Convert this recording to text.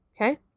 Okay